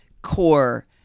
core